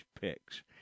picks